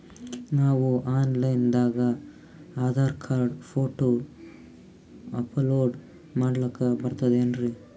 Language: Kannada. ನಾವು ಆನ್ ಲೈನ್ ದಾಗ ಆಧಾರಕಾರ್ಡ, ಫೋಟೊ ಅಪಲೋಡ ಮಾಡ್ಲಕ ಬರ್ತದೇನ್ರಿ?